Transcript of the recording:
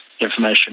information